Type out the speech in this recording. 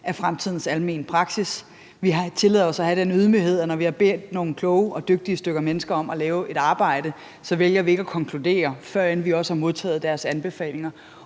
af fremtidens almene praksis. Vi tillader os at have den ydmyghed, at når vi har bedt nogle kloge og dygtige mennesker om at lave et stykke arbejde, så vælger vi ikke at konkludere, førend vi har modtaget deres anbefalinger,